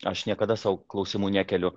aš niekada sau klausimų nekeliu